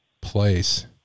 place